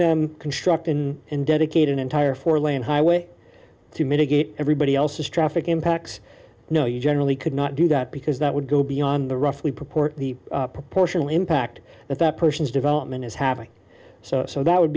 them construct in and dedicate an entire four lane highway to mitigate everybody else's traffic impacts no you generally could not do that because that would go beyond the roughly proport the proportional impact that that person's development is having so so that would